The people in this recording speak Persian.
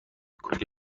کلی